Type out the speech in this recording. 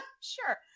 sure